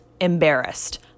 embarrassed